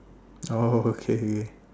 oh okay okay okay